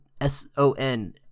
S-O-N